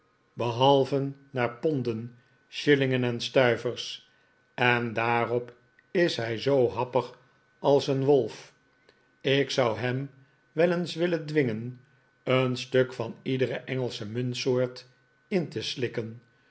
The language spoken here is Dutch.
behalve naar ponden shillingen en stuivers en daarop is hij zoo happig als een wolf ik zou hem wel eens willen dwingen een stuk van iedere engelsche muntsoort in te slikken